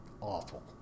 awful